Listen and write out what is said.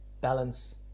Balance